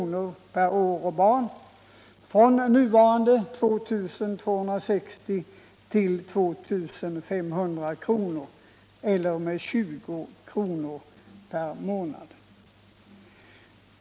per år och barn från nuvarande 2 260 kr. till 2 500 kr., eller med 20 kr. per månad.